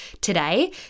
today